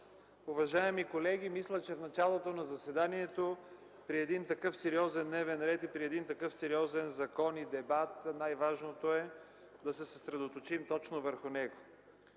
уважаеми колеги! Мисля, че в началото на заседанието при такъв сериозен дневен ред, такъв сериозен закон и дебат, най-важното е да се съсредоточим точно върху него.